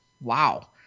Wow